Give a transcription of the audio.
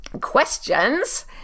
questions